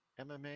MMA